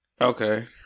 Okay